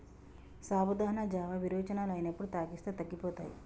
సాబుదానా జావా విరోచనాలు అయినప్పుడు తాగిస్తే తగ్గిపోతాయి